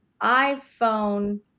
iPhone